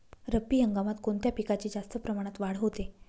रब्बी हंगामात कोणत्या पिकांची जास्त प्रमाणात वाढ होते?